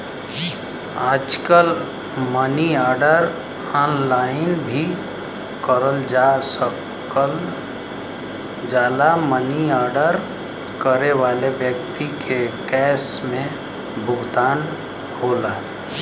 आजकल money order online भी करल जा सकल जाला मनी आर्डर करे वाले व्यक्ति के कैश में भुगतान होला